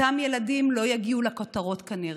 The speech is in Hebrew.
אותם ילדים לא יגיעו לכותרות, כנראה.